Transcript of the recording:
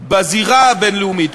בזירה הבין-לאומית,